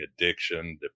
addiction